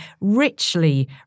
richly